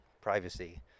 privacy